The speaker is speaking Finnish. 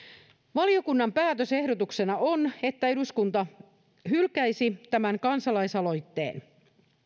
valiokunnan päätösehdotuksena on että eduskunta hylkäisi tämän kansalaisaloitteen